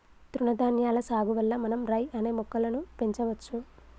తృణధాన్యాల సాగు వల్ల మనం రై అనే మొక్కలను పెంచవచ్చు